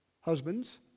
husbands